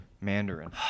Mandarin